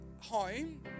home